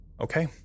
okay